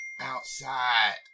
Outside